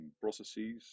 processes